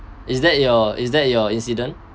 is that your is that your incident